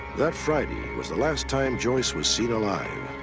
that friday was the last time joyce was seen alive.